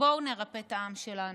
בואו נרפא את העם שלנו.